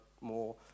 more